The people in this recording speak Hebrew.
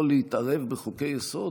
יכול להתערב בחוקי-יסוד,